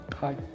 Hi